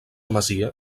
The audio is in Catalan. masia